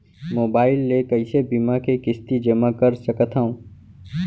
Mobile ले कइसे बीमा के किस्ती जेमा कर सकथव?